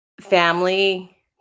family